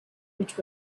which